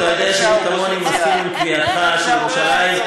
אתה יודע שמי כמוני מסכים לקביעתך שירושלים,